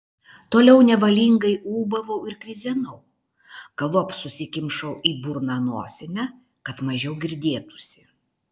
toliau nevalingai ūbavau ir krizenau galop susikimšau į burną nosinę kad mažiau girdėtųsi